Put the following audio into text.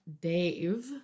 Dave